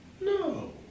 No